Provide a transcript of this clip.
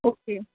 okay